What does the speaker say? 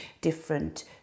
different